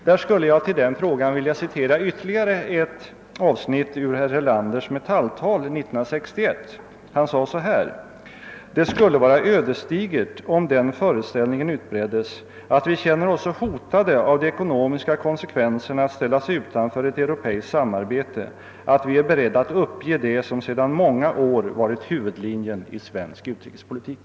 Med anknytning till den frågan skulle jag vilja citera ytterligare ett avsnitt ur herr Erlanders Metalltal år 1961 där det heter: >Det skulle vara ödesdigert, om - den föreställningen utbreddes att vi känner oss så hotade av de ekonomiska konsekvenserna att ställas utanför ett europeiskt samarbete att vi är beredda att uppge det som sedan många år varit huvudlinjen i svensk utrikespolitik.>